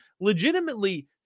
Legitimately